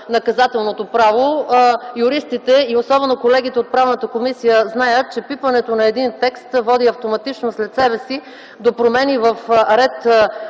наказателното право. Юристите и особено колегите от Правната комисия знаят, че пипането на един текст води автоматично след себе си до промени в ред